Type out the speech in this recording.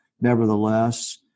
nevertheless